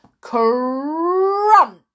Crunch